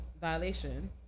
violation